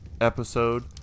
episode